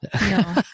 no